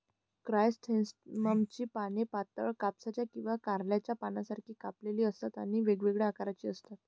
क्रायसॅन्थेममची पाने पातळ, कापसाच्या किंवा कारल्याच्या पानांसारखी कापलेली असतात आणि वेगवेगळ्या आकाराची असतात